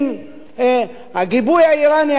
הגיבוי האירני,